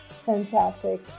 fantastic